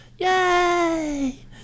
Yay